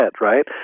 right